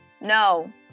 no